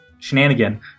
Shenanigan